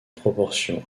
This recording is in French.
proportion